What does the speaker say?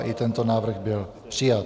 I tento návrh byl přijat.